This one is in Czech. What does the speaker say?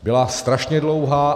Byla strašně dlouhá.